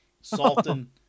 Salton